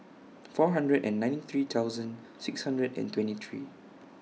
four hundred and ninety three thousand six hundred and twenty three